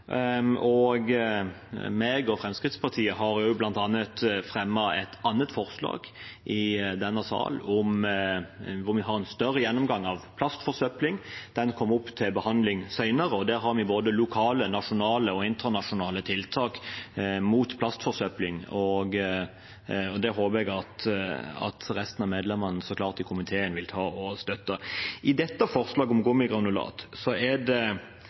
og Fremskrittspartiet har bl.a. fremmet et annet forslag i denne salen, hvor vi har en større gjennomgang av plastforsøpling. Det kommer opp til behandling senere. Der har vi både lokale, nasjonale og internasjonale tiltak mot plastforsøpling. Det håper jeg så klart at resten av medlemmene i komiteen vil støtte. Når det gjelder dette forslaget, om gummigranulat, er det også fornuftig med et internasjonalt samarbeid. Det